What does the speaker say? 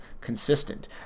consistent